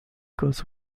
goes